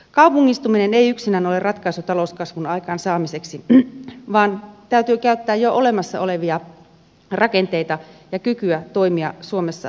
kaupungistuminen ei yksinään ole ratkaisu talouskasvun aikaansaamiseksi vaan täytyy käyttää jo olemassa olevia rakenteita ja kykyä toimia suomessa hajautetusti